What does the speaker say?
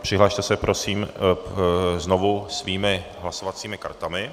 Přihlaste se prosím znovu svými hlasovacími kartami.